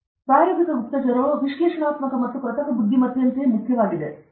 ಆದ್ದರಿಂದ ಪ್ರಾಯೋಗಿಕ ಗುಪ್ತಚರವು ವಿಶ್ಲೇಷಣಾತ್ಮಕ ಮತ್ತು ಕೃತಕ ಬುದ್ಧಿಮತ್ತೆಯಂತೆಯೇ ಮುಖ್ಯವಾಗಿದೆ